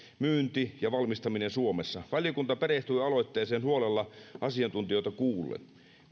myynti ja valmistaminen suomessa valiokunta perehtyi aloitteeseen huolella asiantuntijoita kuullen